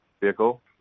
vehicle